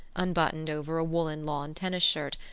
unbuttoned over a woollen lawn tennis shirt,